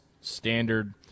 standard